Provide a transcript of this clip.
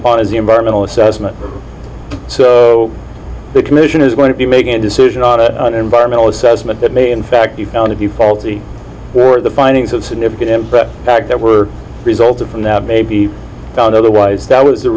upon is the environmental assessment so the commission is going to be making a decision on an environmental assessment that may in fact be found to be faulty or the findings of significant but fact that were resulting from that may be found otherwise that was